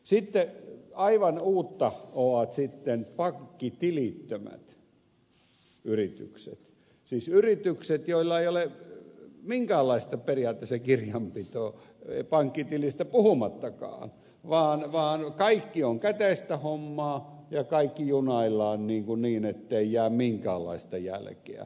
sitten aivan uutta ovat pankkitilittömät yritykset siis yritykset joilla ei ole periaatteessa minkäänlaista kirjanpitoa pankkitilistä puhumattakaan vaan kaikki on käteistä hommaa ja kaikki junaillaan niin ettei jää minkäänlaista jälkeä